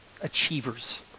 achievers